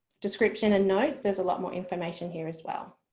description and notes there's a lot more information here as well.